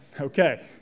okay